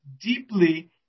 deeply